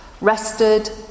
rested